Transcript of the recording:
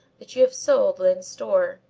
that you have sold lyne's store.